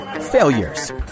failures